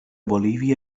bolívia